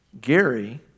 Gary